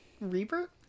Reaper